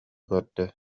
көрдө